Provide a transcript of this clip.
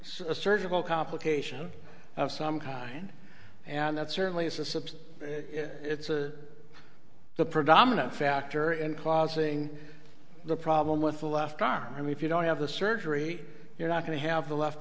surgical complication of some kind and that certainly is a subset it's the predominant factor in causing the problem with the left arm if you don't have the surgery you're not going to have the left